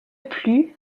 plus